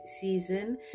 season